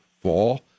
fall